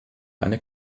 eine